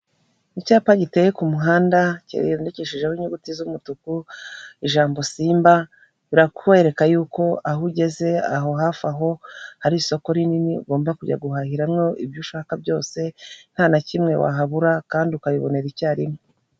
Icyapa giteye k'umuhanda kiyandikisheho inyuguti z'umutuku ijambo simba rirakwereka y'uko aho ugeze aho hafi aho hari isoko rinini ugomba kujya guhahiramwo ibyo ushaka byose nta na kimwe wahabura kandi ukayibonera icyarimwe.